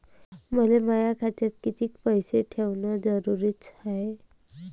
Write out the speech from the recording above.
मले माया खात्यात कितीक पैसे ठेवण जरुरीच हाय?